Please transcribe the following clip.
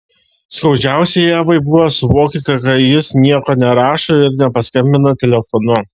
skaudžiausia ievai buvo suvokti kad jis nieko nerašo ir nepaskambina telefonu